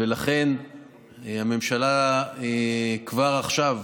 ולכן הממשלה כבר עכשיו,